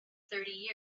thirty